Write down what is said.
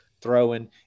throwing